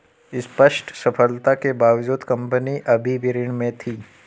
स्पष्ट सफलता के बावजूद कंपनी अभी भी ऋण में थी